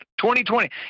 2020